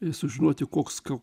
ir sužinoti koks